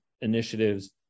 initiatives